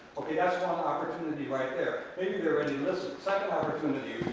okay, that's one um opportunity right there. maybe they're already listed. second opportunity